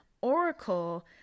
Oracle